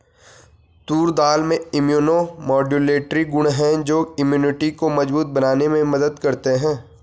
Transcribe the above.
तूर दाल में immunomodulatory गुण हैं जो इम्यूनिटी को मजबूत बनाने में मदद करते है